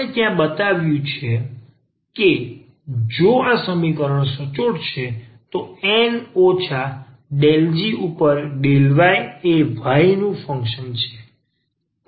આપણે ત્યાં બતાવ્યું છે કે જો આ સમીકરણ સચોટ છે તો આ N ઓછા del g ઉપર del y એ y નું ફંક્શન છે